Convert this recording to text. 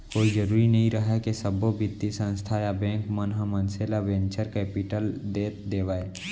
कोई जरुरी नइ रहय के सब्बो बित्तीय संस्था या बेंक मन ह मनसे ल वेंचर कैपिलट दे देवय